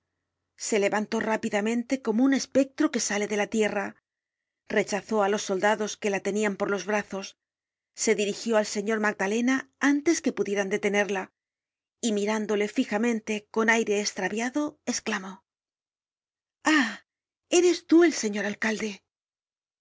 se levantó rápidamente como un espectro que sale de la tierra rechazó á los soldados que la tenian por los brazos se dirigió al señor magdalena antes que pudieran detenerla y mirándole fijamente con aire estraviado esclamó ah i eres tú el señor alcalde